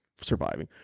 surviving